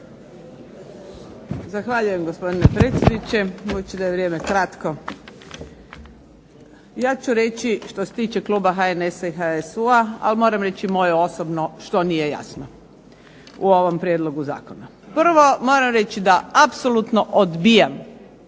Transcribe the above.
Zahvaljujem, gospodine predsjedniče. Budući da je vrijeme kratko ja ću reći što se tiče kluba HNS-a i HSU-a, ali moram reći i moje osobno što nije jasno u ovom prijedlogu zakona. Prvo moram reći da apsolutno odbijam